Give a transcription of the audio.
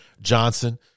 Johnson